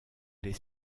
les